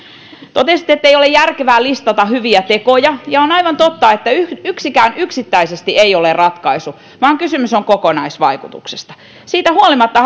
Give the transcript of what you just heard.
totesitte ettei ole järkevää listata hyviä tekoja ja on aivan totta että yksikään yksittäisesti ei ole ratkaisu vaan kysymys on kokonaisvaikutuksesta siitä huolimatta